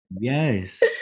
Yes